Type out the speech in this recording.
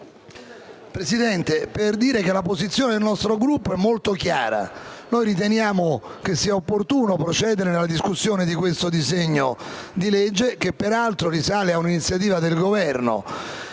intervengo per dire che la posizione del nostro Gruppo è molto chiara: riteniamo opportuno procedere nella discussione del disegno di legge, che peraltro risale ad un'iniziativa del Governo;